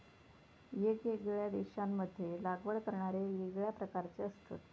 येगयेगळ्या देशांमध्ये लागवड करणारे येगळ्या प्रकारचे असतत